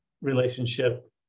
relationship